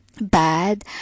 Bad